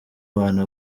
abantu